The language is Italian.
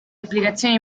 applicazioni